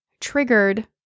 triggered